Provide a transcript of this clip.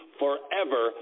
forever